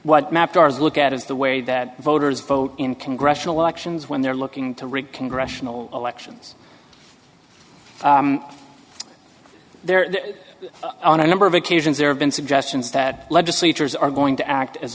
garza look at is the way that voters vote in congressional elections when they're looking to rig congressional elections there on a number of occasions there have been suggestions that legislatures are going to act as